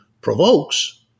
provokes